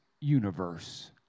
universe